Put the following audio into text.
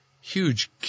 huge